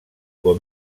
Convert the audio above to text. com